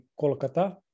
Kolkata